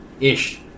ish